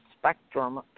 spectrum